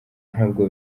ntabwo